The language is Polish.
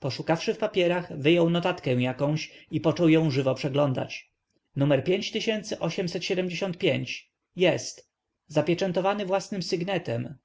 poszukawszy w papierach wyjął notatkę jakąś i począł ją żywo przeglądać numer pięć pięć jest zapieczętowany własnym sygnetem